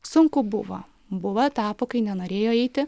sunku buvo buvo etapų kai nenorėjo eiti